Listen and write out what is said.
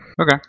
Okay